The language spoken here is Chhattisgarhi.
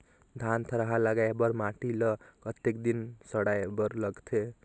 धान थरहा लगाय बर माटी ल कतेक दिन सड़ाय बर लगथे?